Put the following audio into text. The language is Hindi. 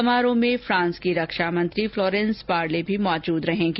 समारोह में फ्रांस की रक्षामंत्री फ्लोरेंस पार्ले भी मौजूद रहेगी